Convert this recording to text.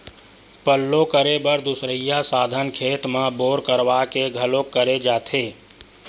पल्लो करे बर दुसरइया साधन खेत म बोर करवा के घलोक करे जाथे